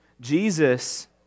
Jesus